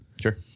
Sure